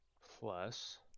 plus